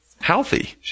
healthy